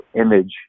image